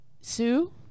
sue